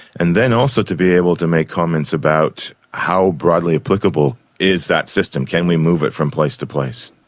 and then also to be able to make comments about how broadly applicable is that system, can we move it from place to place.